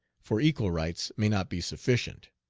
for equal rights may not be sufficient.